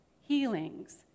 healings